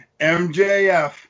MJF